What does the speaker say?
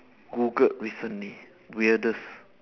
googled recently weirdest